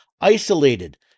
isolated